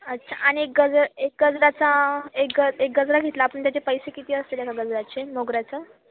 अच्छा आणि एक गजर एक गजराचा एक ग एक गजरा घेतला आपण त्याचे पैसे किती असतील एका गजऱ्याचे मोगऱ्याचं